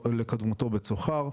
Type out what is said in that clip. לקדמותו בצוחר,